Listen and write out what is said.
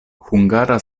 hungara